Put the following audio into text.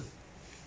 ya